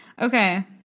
Okay